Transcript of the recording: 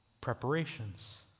preparations